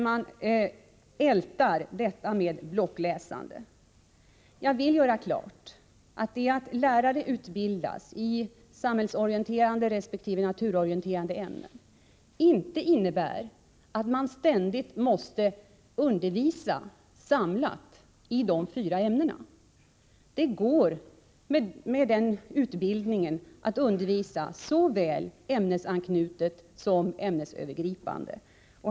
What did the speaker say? Man ältar detta med blockläsande. Jag vill göra klart att detta att lärare utbildas i samhällsorienterande resp. naturorienterande ämnen inte innebär att man ständigt måste undervisa samlat i de fyra ämnena. Det går med den utbildningen att undervisa såväl ämnesanknutet som ämnesövergripande.